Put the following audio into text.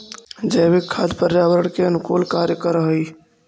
जैविक खाद पर्यावरण के अनुकूल कार्य कर हई